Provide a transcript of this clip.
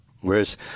Whereas